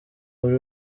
buri